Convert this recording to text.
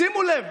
שימו לב,